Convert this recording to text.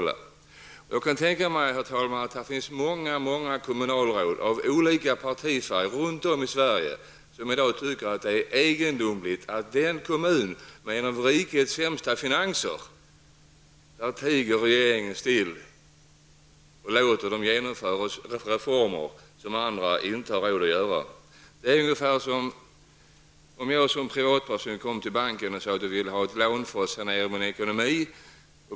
Jag kan tänka mig, herr talman, att det finns många kommunalråd av olika partifärg runt om i Sverige som i dag tycker att det är egendomligt att regeringen tiger still och låter en kommun som har bland de sämsta finanserna i riket genomföra en reform som andra inte har råd med. Tag som jämförelse att jag som privatperson kommer till banken och ber att få ett lån för att sanera min ekonomi.